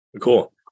Cool